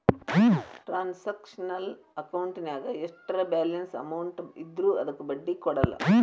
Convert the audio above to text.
transactional ಅಕೌಂಟಿನ್ಯಾಗ ಎಷ್ಟರ balance amount ಇದ್ರೂ ಅದಕ್ಕ ಬಡ್ಡಿ ಕೊಡಲ್ಲ